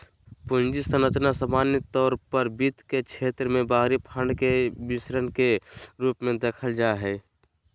पूंजी संरचना सामान्य तौर पर वित्त के क्षेत्र मे बाहरी फंड के मिश्रण के रूप मे देखल जा हय